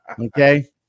okay